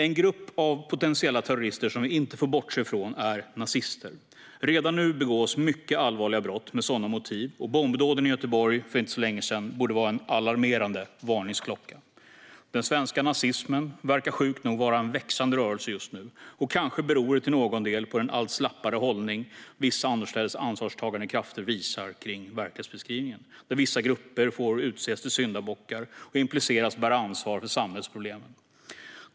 En grupp av potentiella terrorister som vi inte får bortse från är nazister. Redan nu begås mycket allvarliga brott med sådana motiv, och bombdåden i Göteborg för inte så länge sedan borde vara en alarmerande varningsklocka. Den svenska nazismen verkar sjukt nog vara en växande rörelse just nu. Kanske beror det till någon del på den allt slappare hållning som vissa annorstädes ansvarstagande krafter visar i fråga om verklighetsbeskrivningen, där vissa grupper får utses till syndabockar och impliceras bära ansvar för samhällsproblemen.